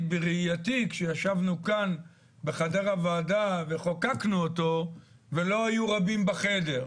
בראייתי כשישבנו כאן בחדר הוועדה וחוקקנו אותו ולא היינו רבים בחדר,